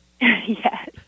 Yes